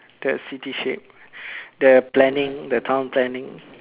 the city shape the planning the town planning